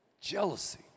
Jealousy